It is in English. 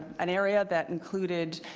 an area that included